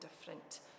different